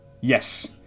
Yes